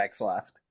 left